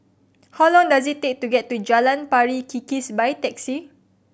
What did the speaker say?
how long does it take to get to Jalan Pari Kikis by taxi